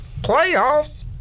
Playoffs